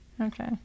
Okay